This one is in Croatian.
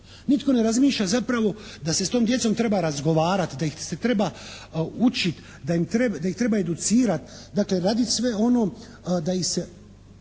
Nitko ne razmišlja zapravo da se s tom djecom treba razgovarati, da ih se treba učiti, da ih treba educirati, dakle radit sve ono da ih se